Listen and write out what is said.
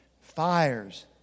fires